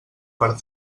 per